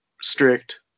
strict